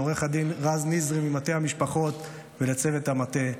לעו"ד רז נזרי ממטה המשפחות ולצוות המטה,